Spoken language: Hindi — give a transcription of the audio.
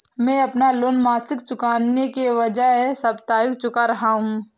मैं अपना लोन मासिक चुकाने के बजाए साप्ताहिक चुका रहा हूँ